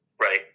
right